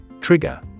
Trigger